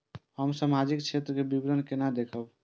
हम सामाजिक क्षेत्र के विवरण केना देखब?